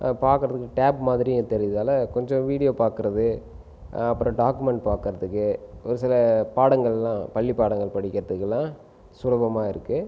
பார்க்குறதுக்கு டேப் மாதிரியும் தெரிகிறதுனால கொஞ்சம் வீடியோ பார்க்குறது அப்புறம் டாக்குமெண்ட் பார்க்குறதுக்கு ஒரு சில பாடங்களெல்லாம் பள்ளி பாடங்கள் படிக்கிறதுக்கெல்லாம் சுலபமாக இருக்குது